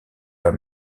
pas